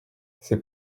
c’est